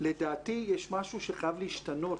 לדעתי יש משהו שחייב להשתנות,